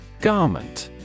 Garment